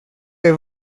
del